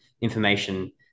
information